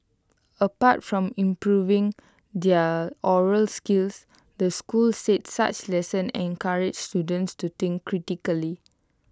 apart from improving their oral skills the school said such lessons encourage students to think critically